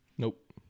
Nope